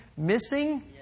Missing